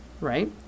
right